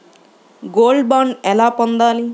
Gold bond ఎలా పొందాలి?